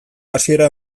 hasiera